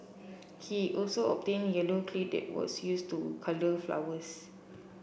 he also obtained yellow clay that was used to colour flowers